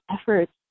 efforts